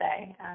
say